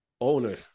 owner